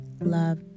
love